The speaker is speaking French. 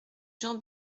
jean